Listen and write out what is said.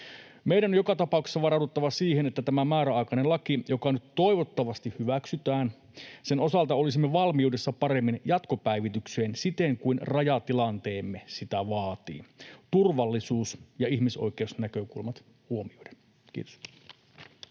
Meidän on joka tapauksessa varauduttava siihen, että tämän määräaikaisen lain osalta, joka nyt toivottavasti hyväksytään, olisimme paremmin valmiudessa jatkopäivitykseen siten kuin rajatilanteemme sitä vaatii turvallisuus ja ihmisoikeusnäkökulmat huomioiden. — Kiitos.